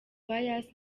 pius